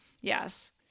yes